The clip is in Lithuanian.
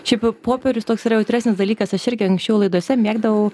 šiaip jau popierius toks yra jautresnis dalykas aš irgi anksčiau laidose mėgdavau